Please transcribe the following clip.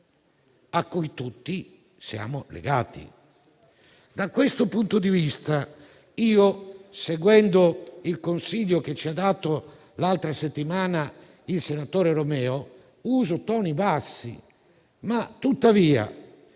cui tutti siamo legati.